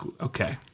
okay